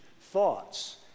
thoughts